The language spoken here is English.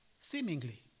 Seemingly